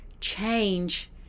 Change